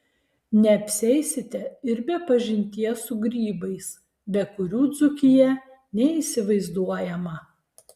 neapsieisite ir be pažinties su grybais be kurių dzūkija neįsivaizduojama